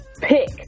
pick